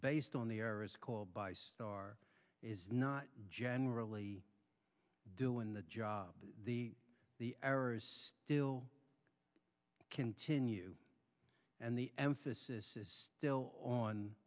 based on the error is called by starr is not generally doing the job the the errors still continue and the emphasis is still on